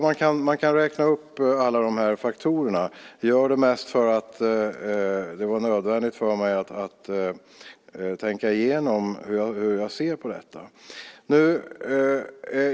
Man kan räkna upp alla dessa faktorer. Jag gör det mest för att det var nödvändigt för mig att tänka igenom hur jag såg på detta.